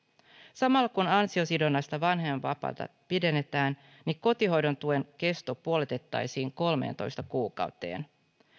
samalla kun ansiosidonnaista vanhempainvapaata pidennetään kotihoidon tuen kesto puolitettaisiin kolmeentoista kuukauteen